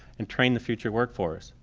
and train the future workforce.